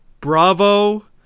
Bravo